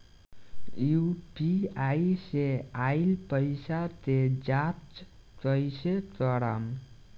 UPI से आइल पईसा के जाँच कइसे करब?